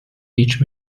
each